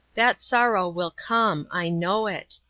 that sorrow will come i know it.